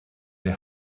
they